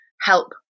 help